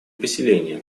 поселения